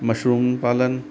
mushroom पालन